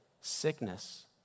sickness